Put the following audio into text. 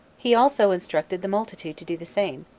he also instructed the multitude to do the same,